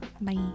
Bye